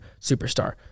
superstar